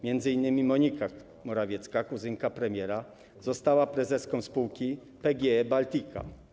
Między innymi Monika Morawiecka, kuzynka premiera, została prezeską spółki PGE Baltica.